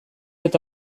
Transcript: eta